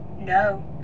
No